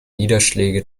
niederschläge